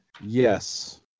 yes